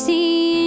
See